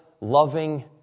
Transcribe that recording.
loving